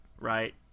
right